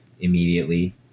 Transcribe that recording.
immediately